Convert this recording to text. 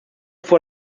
fue